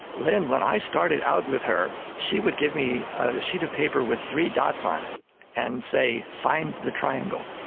lynne, when i started out with her, she would give me a sheet of paper with three dots on it and say, find the triangle.